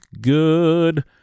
good